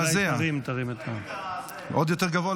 תרים את --- עוד יותר גבוה?